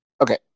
Okay